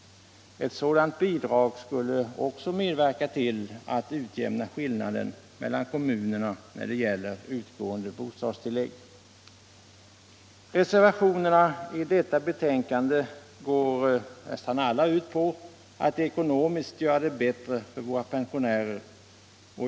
Ett sådant bidrag skulle också medverka till att utjämna skillnaderna mellan kommunerna när det gäller utgående bostadstillägg. Reservationerna vid detta betänkande går nästan alla ut på att ekonomiskt göra det bättre för våra pensionärer.